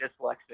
dyslexic